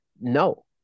no